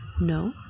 No